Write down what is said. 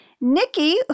Nikki